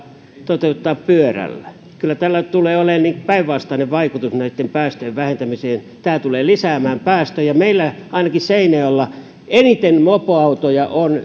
toteuttaa pyörällä kyllä tällä tulee olemaan niin kuin päinvastainen vaikutus näitten päästöjen vähentämiseen tämä tulee lisäämään päästöjä meillä ainakin seinäjoella eniten mopoautoja on